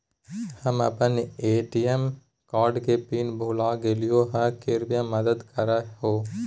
हम अप्पन ATM card के पिन भुला गेलिओ हे कृपया मदद कर हो